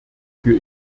für